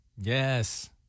Yes